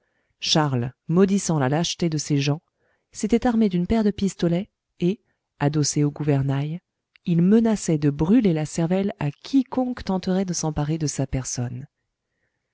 charles maudissant la lâcheté de ces gens s'était armé d'une paire de pistolets et adossé au gouvernail il menaçait de brûler la cervelle à quiconque tenterait de s'emparer de sa personne